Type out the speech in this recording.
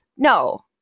No